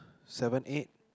seven eight